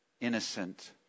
innocent